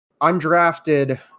undrafted